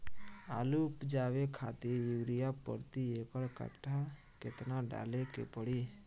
आलू उपजावे खातिर यूरिया प्रति एक कट्ठा केतना डाले के पड़ी?